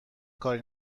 کاری